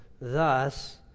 Thus